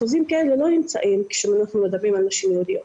אחוזים כאלה לא נמצאים כשאנחנו מדברים על נשים יהודיות.